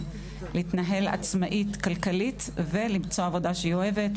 להתנהל עצמאית כלכלית ולמצוא עבודה שהיא אוהבת,